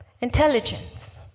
Intelligence